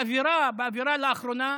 האווירה לאחרונה,